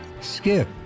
Skip